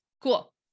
cool